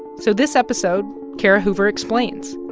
so this episode kara hoover explains,